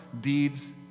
deeds